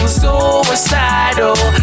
suicidal